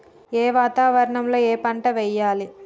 ఏ వాతావరణం లో ఏ పంట వెయ్యాలి?